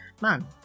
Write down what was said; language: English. Man